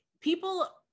people